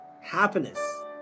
happiness